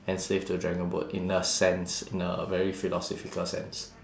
enslaved to dragon boat in a sense in a very philosophical sense